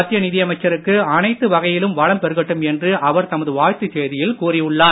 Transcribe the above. மத்திய நிதியமைச்சருக்கு எல்லா வகையிலும் வளம் பெருகட்டும் என்று அவர் தமது வாழ்த்துச் செய்தியில் கூறி உள்ளார்